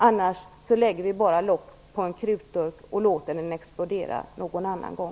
Annars lägger vi bara lock på en krutdurk och låter den explodera någon annan gång.